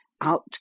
out